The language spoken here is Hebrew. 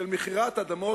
של מכירת אדמות,